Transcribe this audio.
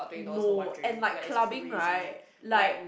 know and my clubbing right like